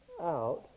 out